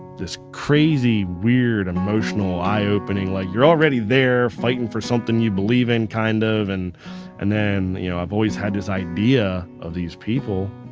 this crazy, weird, emotional eye opening, like you're already there fighting for something you believe in kind of. and and then you know i've always had this idea of these people,